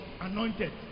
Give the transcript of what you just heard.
anointed